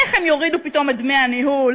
איך הם יורידו פתאום את דמי הניהול,